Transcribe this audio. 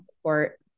support